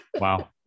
Wow